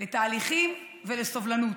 לתהליכים ולסובלנות.